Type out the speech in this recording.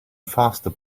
faster